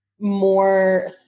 more